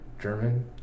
German